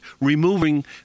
removing